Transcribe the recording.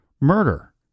murder